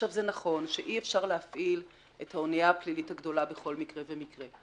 זה נכון שאי אפשר להפעיל את האנייה הפלילית הגדולה בכל מקרה ומקרה,